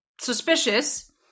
suspicious